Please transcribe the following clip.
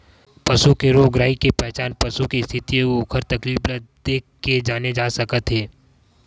पसू के रोग राई के पहचान पसू के इस्थिति अउ ओखर तकलीफ ल देखके जाने जा सकत हे